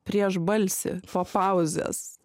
prieš balsį po pauzės